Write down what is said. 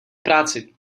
práci